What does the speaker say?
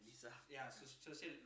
is a ya so social